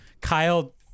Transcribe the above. Kyle